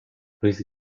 luis